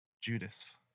Judas